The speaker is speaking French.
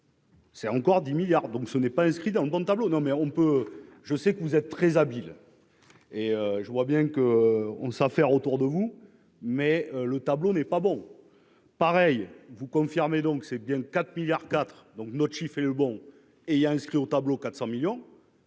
C'est encore dix milliards, donc ce n'est pas inscrit dans le dans le tableau, non mais on peut, je sais que vous êtes très habile et je vois bien qu'on ne s'affairent autour de vous, mais le tableau n'est pas bon pareil vous confirmez donc c'est bien 4 milliards IV, donc notre chiffre et le bon et il a inscrit au tableau 400 millions.